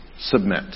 submit